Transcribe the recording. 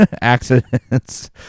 Accidents